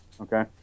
Okay